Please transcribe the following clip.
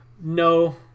no